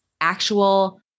actual